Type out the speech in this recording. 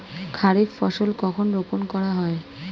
খারিফ শস্য কখন রোপন করা হয়?